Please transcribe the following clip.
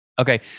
Okay